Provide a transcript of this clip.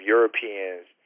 Europeans